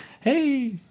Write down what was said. hey